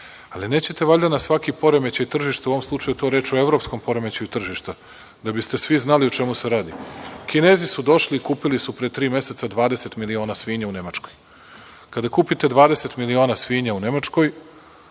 ali nećete valjda na svaki poremećaj tržišta, u ovom slučaju je tu reč o evropskom poremećaju tržišta, da biste svi znali o čemu se radi. Kinezi su došli i kupili su, pre tri meseca, 20 miliona svinja u Nemačkoj. Kada kupite 20 miliona svinja u Nemačkoj,